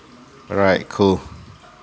right cool